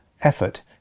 effort